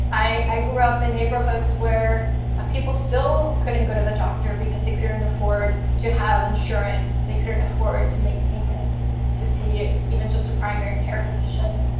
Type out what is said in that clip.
i i grew up in neighborhoods where people still couldn't go to the doctor because they couldn't afford to have insurance. they couldn't afford to make payments to see it, even just a primary care physician.